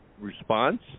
response